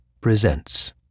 presents